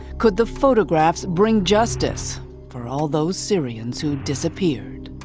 could the photographs bring justice for all those syrians who disappeared?